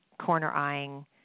corner-eyeing